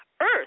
Earth